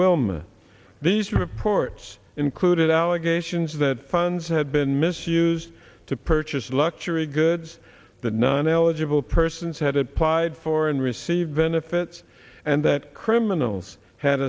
wilma these reports included allegations that funds had been misused to purchase luxury goods that none eligible persons had applied for and receive benefits and that criminals had